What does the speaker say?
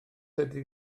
ydy